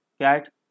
cat